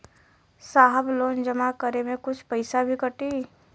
साहब लोन जमा करें में कुछ पैसा भी कटी?